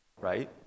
right